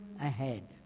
ahead